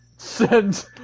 Send